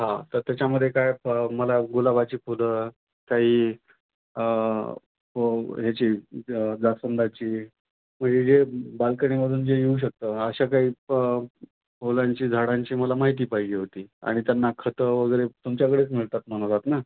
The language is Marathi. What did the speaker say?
हा तर त्याच्यामध्ये काय फ मला गुलाबाची फुलं काही फ याची जास्वंदाची म्हणजे जे बाल्कनीमधून जे येऊ शकतं अशा काही प फुलांची झाडांची मला माहिती पाहिजे होती आणि त्यांना खतं वगैरे तुमच्याकडेच मिळतात म्हणालात ना